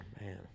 man